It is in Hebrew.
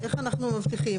איך אנחנו מבטיחים?